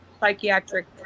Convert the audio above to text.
psychiatric